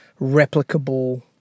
replicable